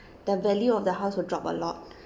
the value of the house will drop a lot